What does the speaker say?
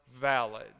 valid